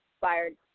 Fired